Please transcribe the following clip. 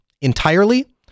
entirely